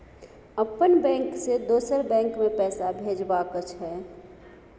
अपन बैंक से दोसर बैंक मे पैसा भेजबाक छै?